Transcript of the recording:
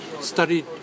studied